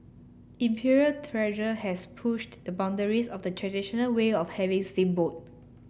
Imperial Treasure has pushed the boundaries of the traditional way of having steamboat